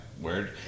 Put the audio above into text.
word